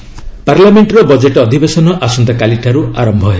budget session ପାର୍ଲାମେଣ୍ଟର budget ଅଧିବେଶନ ଆସନ୍ତାକାଲିଠାରୁ ଆରମ୍ଭ ହେବ